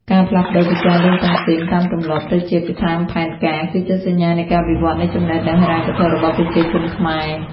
ការផ្លាស់ប្តូរពីការលេងតុងទីន "តាមទម្លាប់" ទៅជា "តាមផែនការ" គឺជាសញ្ញានៃការវិវត្តនៃចំណេះដឹងហិរញ្ញវត្ថុរបស់ប្រជាជនខ្មែរ។